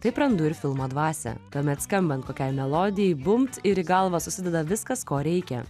taip randu ir filmo dvasią tuomet skambant kokiai melodijai bumbt ir į galvą susideda viskas ko reikia